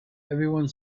everyone